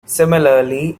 similarly